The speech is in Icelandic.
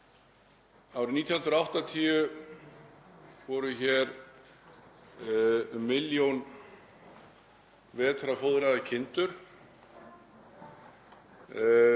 Árið 1980 voru hér um milljón vetrarfóðraðar kindur